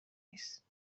نیست